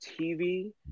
TV